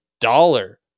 dollar